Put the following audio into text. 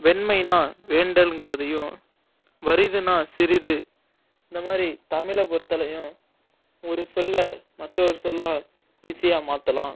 வெண்மைன்னா வேண்டல்ங்கிறதையும் வரிதுன்னா சிறிது இந்தமாரி தமிழ பொறுத்தளவுலையும் ஒரு சொல்ல மற்ற ஒரு சொல்லாக ஈஸியாக மாற்றலாம்